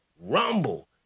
Rumble